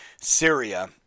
Syria